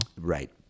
Right